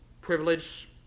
privilege